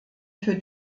für